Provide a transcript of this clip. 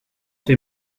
fait